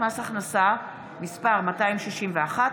הממשלה (תיקון מס' 11),